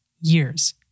years